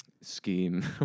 scheme